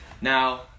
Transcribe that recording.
Now